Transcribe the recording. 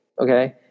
Okay